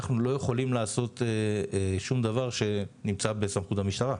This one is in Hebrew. אנחנו לא יכולים לעשות שום דבר שנמצא בסמכות המשטרה.